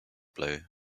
blow